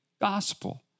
gospel